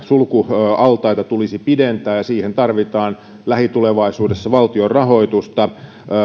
sulkualtaita tulisi pidentää ja siihen tarvitaan lähitulevaisuudessa valtion rahoitusta